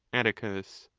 atticus.